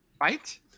Right